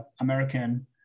American